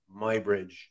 Mybridge